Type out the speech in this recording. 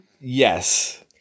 yes